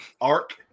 arc